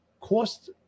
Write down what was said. cost